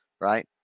right